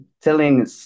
telling